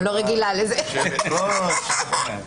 הישיבה ננעלה בשעה 10:45.